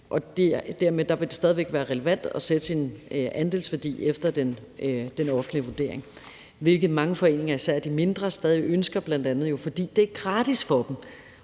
og dermed vil det stadig væk være relevant at sætte sin andelsværdi efter den offentlige vurdering, hvilket mange foreninger, især de mindre, stadig ønsker, jo bl.a. fordi det er gratis for dem.